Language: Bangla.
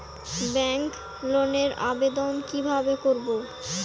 ব্যাংক লোনের আবেদন কি কিভাবে করব?